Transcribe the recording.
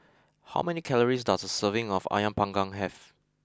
how many calories does a serving of Ayam Panggang have